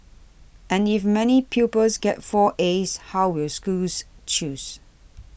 and if many pupils get four as how will schools choose